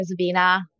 Zabina